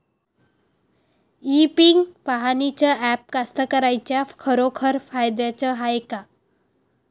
इ पीक पहानीचं ॲप कास्तकाराइच्या खरोखर फायद्याचं हाये का?